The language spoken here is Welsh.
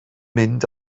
mynd